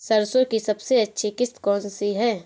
सरसो की सबसे अच्छी किश्त कौन सी है?